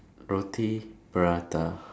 roti prata